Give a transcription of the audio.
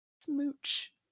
Smooch